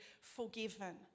forgiven